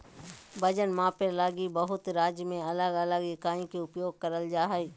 वजन मापे लगी बहुत राज्य में अलग अलग इकाई के प्रयोग कइल जा हइ